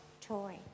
toy